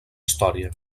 història